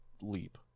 leap